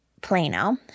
Plano